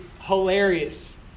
hilarious